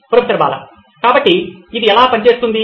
professor Bala కాబట్టి ఇది ఎలా పనిచేస్తుంది